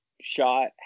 Shot